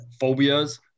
phobias